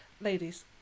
ladies